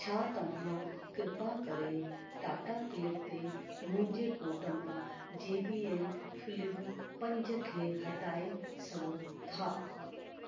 छा तव्हां कृपा करे टाटा क्लिक ते मुंहिंजे कोर्ट मां जेबीएल फ्लिप पंज खे हटाई सघो था